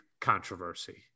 controversy